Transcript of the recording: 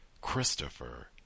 Christopher